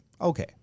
okay